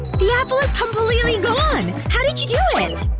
the apple is completely gone! how did you do it?